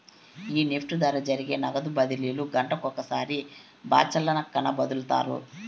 ఈ నెఫ్ట్ ద్వారా జరిగే నగదు బదిలీలు గంటకొకసారి బాచల్లక్కన ఒదులుతారు